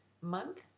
month